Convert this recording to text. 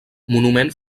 monument